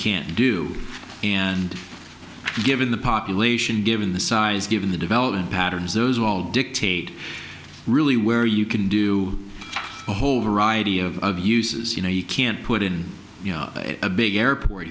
can't do and given the population given the size given the development patterns those will dictate really where you can do a whole variety of uses you know you can't put in a big airport